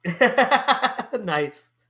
Nice